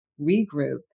regroup